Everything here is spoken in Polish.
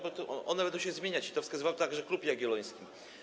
Bo one będą się zmieniać i to wskazywał także Klub Jagielloński.